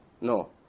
No